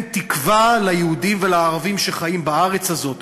תקווה ליהודים ולערבים שחיים בארץ הזאת,